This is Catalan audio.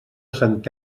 sant